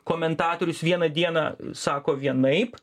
komentatorius vieną dieną sako vienaip